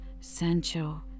Sancho